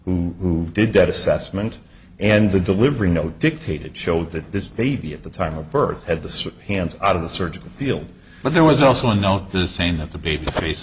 who did that assessment and the delivery note dictated showed that this baby at the time of birth at the hands of the surgical field but there was also a note the same that the baby face